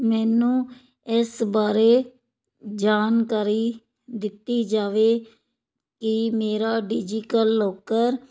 ਮੈਨੂੰ ਇਸ ਬਾਰੇ ਜਾਣਕਾਰੀ ਦਿੱਤੀ ਜਾਵੇ ਕਿ ਮੇਰਾ ਡਿਜੀਟਲ ਲੌਕਰ